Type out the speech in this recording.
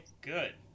good